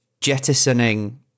jettisoning